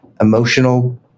emotional